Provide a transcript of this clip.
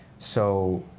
so